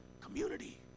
community